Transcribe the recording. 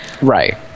Right